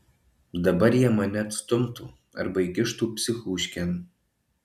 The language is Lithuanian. dabar jie mane atstumtų arba įkištų psichuškėn